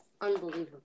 unbelievable